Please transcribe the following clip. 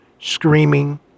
screaming